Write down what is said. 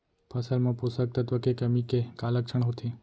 फसल मा पोसक तत्व के कमी के का लक्षण होथे?